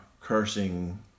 cursing